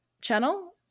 channel